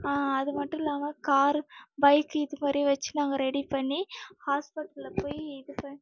அது மட்டும் இல்லாமல் கார் பைக் இது மாதிரி வச்சி நாங்கள் ரெடி பண்ணி ஹாஸ்பிட்டல்ல போய் இது ப